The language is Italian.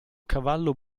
cavallo